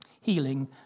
Healing